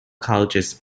colleges